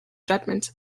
judgment